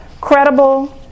credible